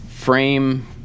Frame